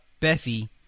Bethy